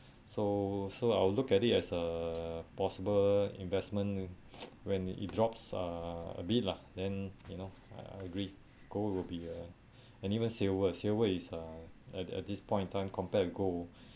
so so I would look at it as a possible investment when it drops uh a bit lah then you know I I agree gold would be uh and even silver silver is uh at at this point in time compared with gold